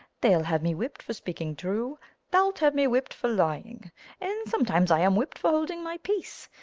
they'll have me whipp'd for speaking true thou'lt have me whipp'd for lying and sometimes i am whipp'd for holding my peace.